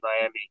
Miami